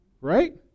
Right